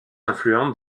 influente